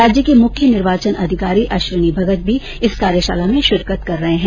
राज्य के मुख्य निर्वाचन अधिकारी अश्विनी भगत भी इस कार्यशाला में शिरकत कर रहे है